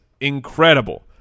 incredible